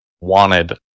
wanted